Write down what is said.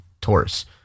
Taurus